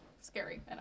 scary